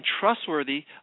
trustworthy